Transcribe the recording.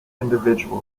individually